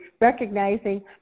recognizing